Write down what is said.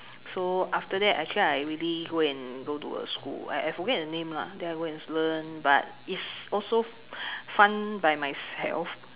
so after that actually I really go and go to a school I I forget the name lah then I go and learn but it's also fun by myself